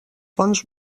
fonts